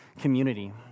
community